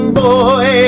boy